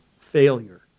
failure